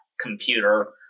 computer